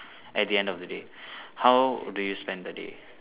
at the end of the day how do you spend the day